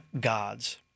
gods